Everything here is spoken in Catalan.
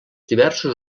diversos